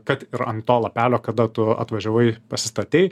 kad ir ant to lapelio kada tu atvažiavai pasistatei